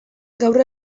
gaur